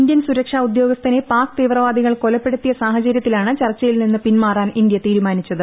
Indian സുരക്ഷാ ഉദ്യോഗസ്ഥനെ പാക് തീവ്രവാദികൾ കൊലപ്പെടുത്തിയ സാഹചര്യത്തിലാണ് ചർച്ചയിൽ നിന്ന് പിന്മാറാൻ ഇന്ത്യ തീരുമാനിച്ചത്